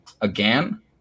again